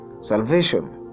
Salvation